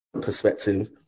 perspective